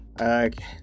okay